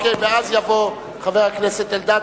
אז יבוא חבר הכנסת אלדד,